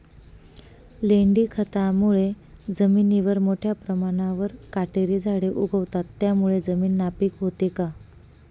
लेंडी खतामुळे जमिनीवर मोठ्या प्रमाणावर काटेरी झाडे उगवतात, त्यामुळे जमीन नापीक होते का?